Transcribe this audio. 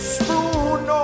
spoon